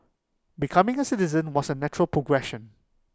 becoming A citizen was A natural progression